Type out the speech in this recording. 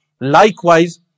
Likewise